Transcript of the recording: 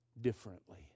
differently